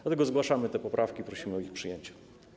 Dlatego zgłaszamy te poprawki i prosimy o ich przyjęcie.